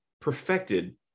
perfected